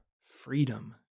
freedom